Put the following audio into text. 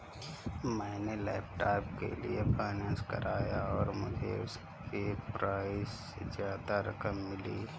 मैंने लैपटॉप के लिए फाइनेंस कराया और मुझे उसके प्राइज से ज्यादा रकम मिली